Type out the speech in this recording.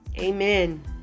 Amen